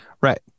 Right